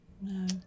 No